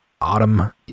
autumn